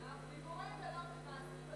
מעשים ולא דיבורים.